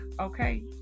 okay